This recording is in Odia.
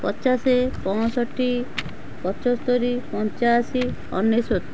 ପଚାଶ ପଞ୍ଚଷଠି ପଚସ୍ତୋରି ପଞ୍ଚାଅଶୀ ଅନେଶ୍ୱତ